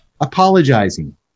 apologizing